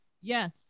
Yes